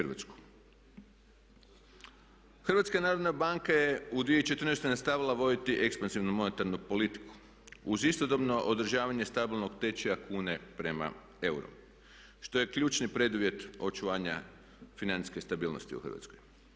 Hrvatska narodna banka je u 2014. nastavila voditi ekspanzivnu monetarnu politiku uz istodobno održavanje stabilnog tečaja kune prema euru što je ključni preduvjet očuvanja financijske stabilnosti u Hrvatskoj.